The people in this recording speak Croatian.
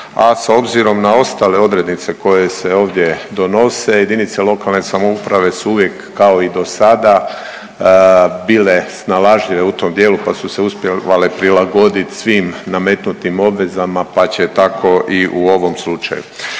a s obzirom na ostale odrednice koje se ovdje donose JLS su uvijek kao i dosada bile snalažljive u tom dijelu, pa su se uspijevale prilagodit svim nametnutim obvezama, pa će tako i u ovom slučaju.